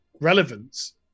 relevance